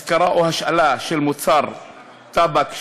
השכרה או השאלה של מוצר טבק,